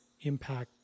impact